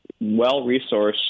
well-resourced